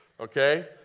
okay